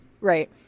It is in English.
right